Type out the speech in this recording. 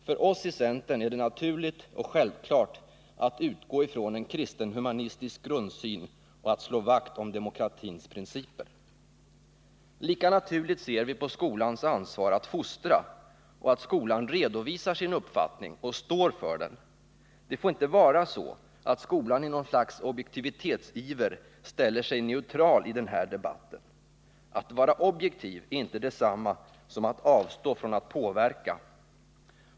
För oss i centern är det naturligt och självklart att utgå från en kristen humanistisk grundsyn och att slå vakt om demokratins principer. Lika naturligt ser vi på skolans ansvar att fostra — och på att skolan redovisar sin uppfattning och står för den. Det får inte vara så att skolan i något slags objektivitetsiver ställer sig neutral i den här debatten. Att vara objektiv är inte detsamma som att avstå från att påverka.